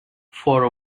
for